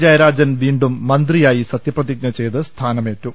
ജയരാജൻ വീണ്ടും മന്ത്രിയായി സത്യപ്രതിജ്ഞ ചെയ്ത് സ്ഥാനമേറ്റു